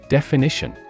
Definition